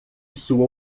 sua